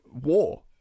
war